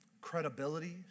credibility